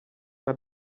una